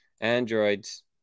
androids